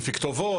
לפי כתובות,